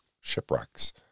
shipwrecks